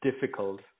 difficult